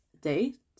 date